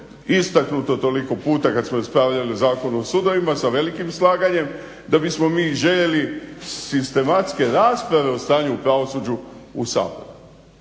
istaknuto toliko puta kad smo raspravljali Zakon o sudovima sa velikim slaganjem da bismo mi željeli sistematske rasprave o stanju u pravosuđu u